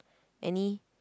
any